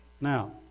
Now